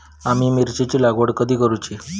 आम्ही मिरचेंची लागवड कधी करूची?